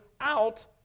out